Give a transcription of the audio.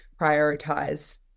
prioritize